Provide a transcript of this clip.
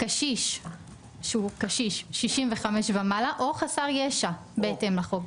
קשיש שהוא קשיש 65 ומעלה או חסר ישע בהתאם לחוק,